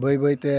ᱵᱟᱹᱭ ᱵᱟᱹᱭᱛᱮ